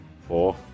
Four